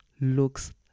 looks